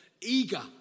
Eager